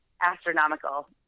astronomical